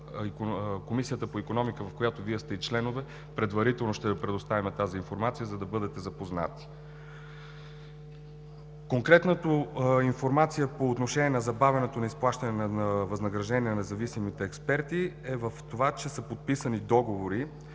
Комисията по икономиката, в която Вие сте членове, предварително ще предоставим тази информация, за да бъдете запознати. Конкретната информация по отношение забавянето на изплащане на възнагражденията на независимите експерти е в това, че са подписани договори